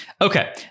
Okay